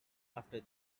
after